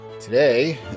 Today